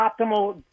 optimal